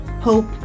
hope